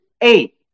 eight